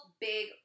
big